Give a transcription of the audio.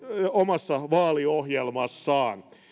omassa vaaliohjelmassaan